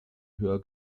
höher